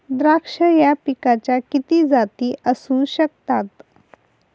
द्राक्ष या पिकाच्या किती जाती असू शकतात?